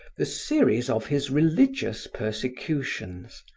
the series of his religious persecutions,